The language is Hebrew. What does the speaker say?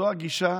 זו הגישה